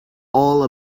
all